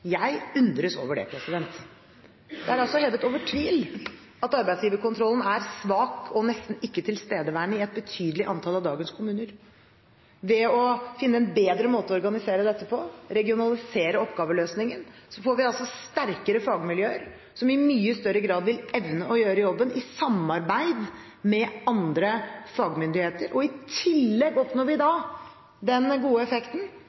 Jeg undres over det. Det er altså hevet over tvil at arbeidsgiverkontrollen er svak og nesten ikke tilstedeværende i et betydelig antall av dagens kommuner. Ved å finne en bedre måte å organisere dette på – regionalisere oppgaveløsningen – får vi sterkere fagmiljøer, som i mye større grad vil evne å gjøre jobben i samarbeid med andre fagmyndigheter, og i tillegg oppnår vi da den gode effekten